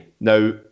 Now